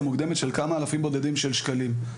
מוקדמת של כמה אלפים בודדים של שקלים.